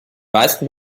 meisten